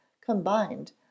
combined